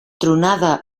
tronada